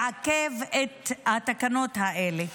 לעכב את התקנות האלה.